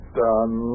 done